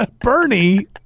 Bernie